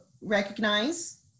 recognize